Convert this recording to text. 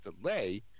delay